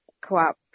co-op